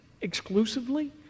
exclusively